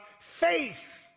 faith